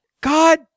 God